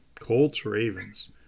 Colts-Ravens